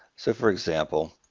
so for example,